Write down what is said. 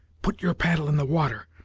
put your paddle in the water,